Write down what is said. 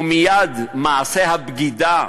ומייד מעשה הבגידה: